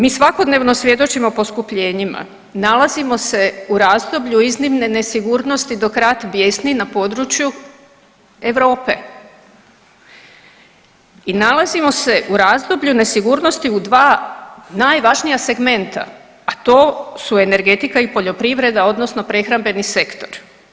Mi svakodnevno svjedočimo poskupljenjima, nalazimo se u razdoblju iznimne nesigurnosti dok rat bjesni na području Europe i nalazimo se u razdoblju nesigurnosti u dva najvažnija segmenta, a to su energetika i poljoprivreda odnosno prehrambeni sektor.